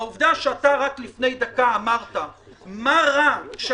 העובדה שאתה רק לפני דקה אמרת - מה רע בכך